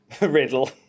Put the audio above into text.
Riddle